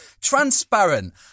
Transparent